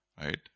Right